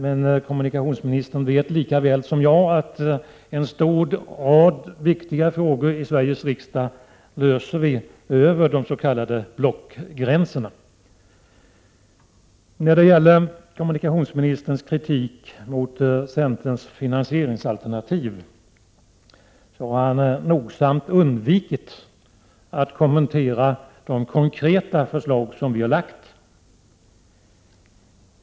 Men kommunikationsministern vet lika väl som jag att en lång rad viktiga frågor i Sveriges riksdag löses över de s.k. blockgränserna. Kommunikationsministern har i sin kritik av centerns finansieringsalternativ nogsamt undvikit att kommentera de konkreta förslag som vi har lagt fram.